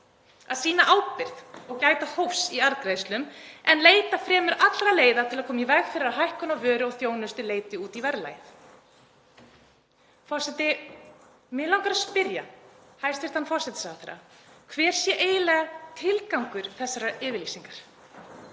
að sýna ábyrgð og gæta hófs í arðgreiðslum en leita fremur allra leiða til að koma í veg fyrir að hækkun á vöru og þjónustu leiti út í verðlagið.“ Forseti. Mig langar að spyrja hæstv. forsætisráðherra hver sé eiginlega tilgangur þessarar yfirlýsingar.